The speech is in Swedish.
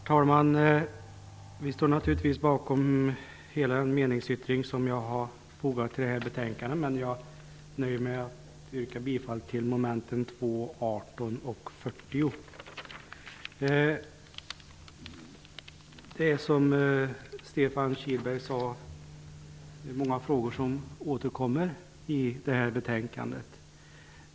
Herr talman! Vi står naturligtvis bakom hela den meningsyttring som jag har fogat vid detta betänkande, men jag nöjer mig med att yrka bifall till mom. 2, 18 och 40. Det är, som Stefan Kihlberg sade, många frågor som återkommer i det här betänkandet.